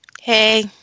Hey